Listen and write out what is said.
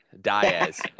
Diaz